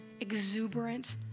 exuberant